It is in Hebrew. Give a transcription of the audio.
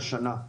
השנה.